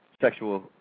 sexual